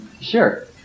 Sure